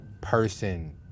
person